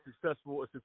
successful